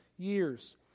years